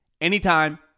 anytime